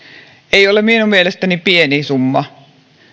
ei ole minun mielestäni pieni summa